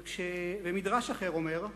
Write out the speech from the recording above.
ומדרש אחר אומר,